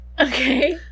Okay